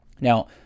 Now